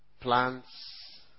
plants